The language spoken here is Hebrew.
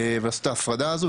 ולעשות את ההפרדה הזו,